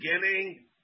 beginning